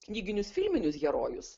knyginius filminius herojus